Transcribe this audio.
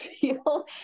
feel